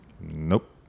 Nope